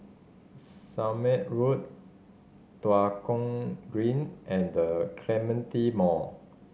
Somme Road Tua Kong Green and The Clementi Mall